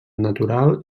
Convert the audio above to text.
natural